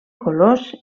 colors